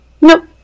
Nope